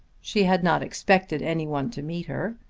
she had not expected any one to meet her.